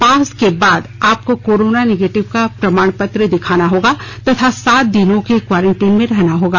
पास के बाद आपको कोरोना निगेटिव का प्रमाण पत्र दिखाना होगा तथा सात दिनों के क्वारंटीन में रहना होगा